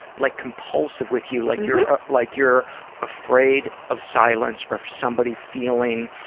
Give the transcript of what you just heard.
like, compulsive with you, like you're ah like you're afraid of silence or somebody feeling.